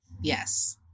Yes